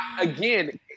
again